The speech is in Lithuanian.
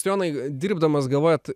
jonai dirbdamas galvojat